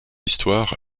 histoire